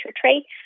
tray